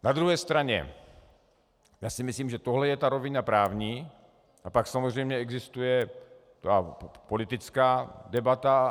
Na druhé straně si myslím, že to je ta rovina právní, a pak samozřejmě existuje politická debata.